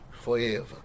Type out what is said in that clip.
forever